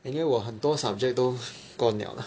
anyway 我很多 subject 都 gone liao lah